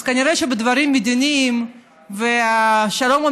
אז כנראה שבדברים מדיניים ושלום או